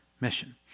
mission